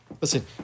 Listen